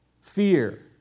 Fear